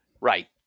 Right